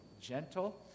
gentle